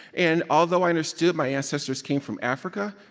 and although i understood my ancestors came from africa,